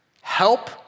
help